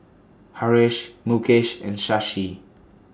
Haresh Mukesh and Shashi